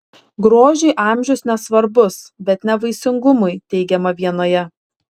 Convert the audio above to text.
grožiui amžius nesvarbus bet ne vaisingumui teigiama vienoje